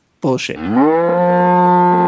bullshit